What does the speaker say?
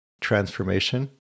transformation